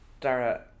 Dara